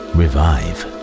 Revive